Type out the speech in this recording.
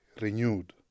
renewed